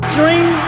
dream